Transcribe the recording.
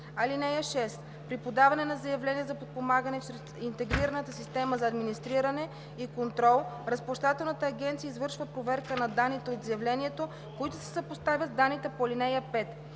земи. (6) При подаване на заявление за подпомагане чрез Интегрираната система за администриране и контрол Разплащателната агенция извършва проверка на данните от заявлението, които се съпоставят с данните по ал. 5.